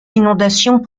inondations